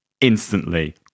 instantly